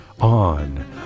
on